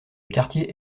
quartier